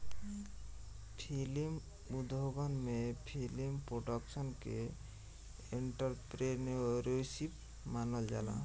film उद्योगन में film production के एंटरप्रेन्योरशिप मानल जाला